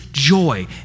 Joy